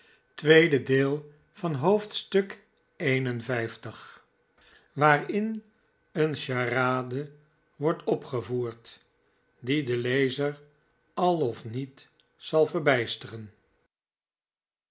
waarin een charade wordt opgevoerd die den lezer al of niet zal verbijsteren